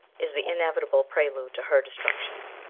is the inevitable prelude to her destruction.